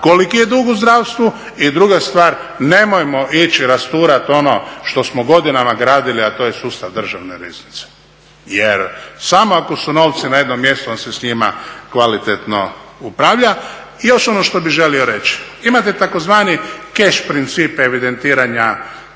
koliki je dug u zdravstvu i druga stvar, nemojmo ići rasturati ono što smo godinama gradili, a to je sustav državne riznice jer samo ako su novci na jednom mjestu, onda se s njima kvalitetno upravlja. Još ono što bih želio reći. Imate tzv. cash princip evidentiranja